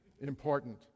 Important